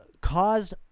caused